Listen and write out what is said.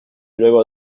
luego